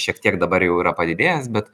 šiek tiek dabar jau yra padidėjęs bet